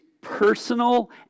personal